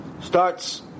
Starts